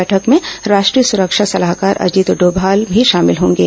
बैठक में राष्ट्रीय सुरक्षा सलाहकार अजीत डोमाल भी शामिल होंगे